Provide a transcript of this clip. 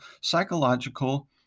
psychological